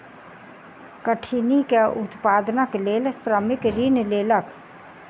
कठिनी के उत्पादनक लेल श्रमिक ऋण लेलक